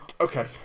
Okay